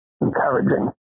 encouraging